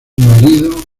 marido